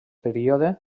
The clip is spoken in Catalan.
període